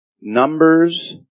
numbers